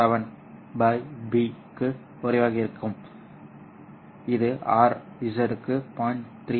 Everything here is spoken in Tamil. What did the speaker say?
7 B க்கும் குறைவாக இருக்க வேண்டும் இது RZ க்கு 0